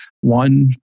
one